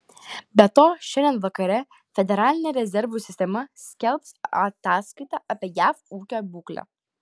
be to šiandien vakare federalinė rezervų sistema skelbs ataskaitą apie jav ūkio būklę